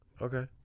Okay